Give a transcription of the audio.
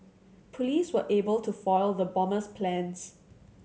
police were able to foil the bomber's plans